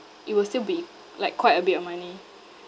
it will still be like quite a bit of money